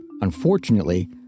Unfortunately